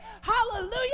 Hallelujah